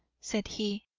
said he,